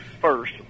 first